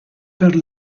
per